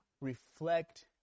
reflect